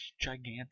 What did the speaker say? gigantic